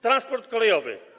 Transport kolejowy.